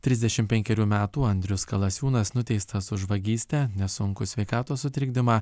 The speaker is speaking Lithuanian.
trisdešimt penkerių metų andrius kalasiūnas nuteistas už vagystę nesunkų sveikatos sutrikdymą